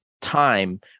time